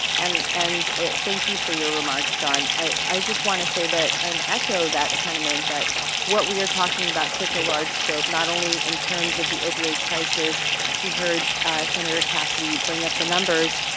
and and, thank you for your remarks, john. i just want to say that and echo that sentiment that what we are talking about such a large scope, not only in terms of the opioid crisis we heard sen. cassidy bring up the numbers,